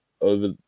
over